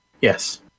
Yes